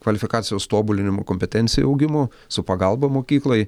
kvalifikacijos tobulinimu kompetencijų augimu su pagalba mokyklai